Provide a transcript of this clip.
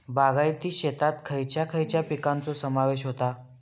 बागायती शेतात खयच्या खयच्या पिकांचो समावेश होता?